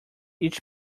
each